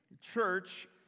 church